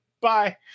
Bye